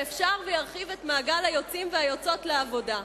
ואפשר שירחיב את מעגל היוצאים והיוצאות לעבודה.